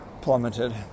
plummeted